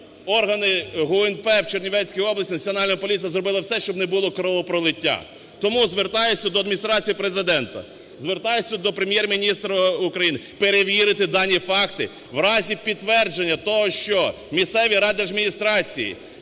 органи ГУНП в Чернівецької області, Національна поліція зробила все, щоб не було кровопролиття. Тому звертаюся до Адміністрації Президента, звертаюся до Прем'єр-міністра України, перевірити дані факти. В разі підтвердження того, що місцеві райдержадміністрації,